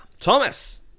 Thomas